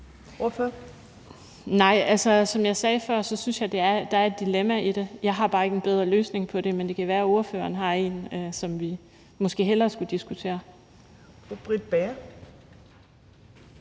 som jeg sagde før, synes jeg, der er et dilemma i det. Jeg har bare ikke en bedre løsning på det, men det kan være, spørgeren har en, som vi måske hellere skulle diskutere.